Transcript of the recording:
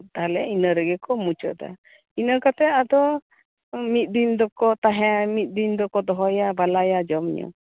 ᱛᱟᱦᱞᱮ ᱤᱱᱟᱹ ᱨᱮᱜᱮ ᱠᱚ ᱢᱩᱪᱟᱹᱫᱟ ᱤᱱᱟᱹ ᱠᱟᱛᱮᱜ ᱟᱫᱚ ᱢᱤᱜᱫᱤᱱ ᱫᱚᱠᱚ ᱛᱟᱦᱮᱸᱱ ᱢᱤᱜᱫᱤᱱ ᱫᱚᱠᱚ ᱫᱚᱦᱚᱭᱟ ᱵᱟᱞᱟ ᱡᱚᱢ ᱧᱩ